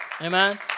Amen